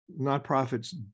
Nonprofits